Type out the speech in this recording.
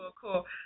cool